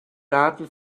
daten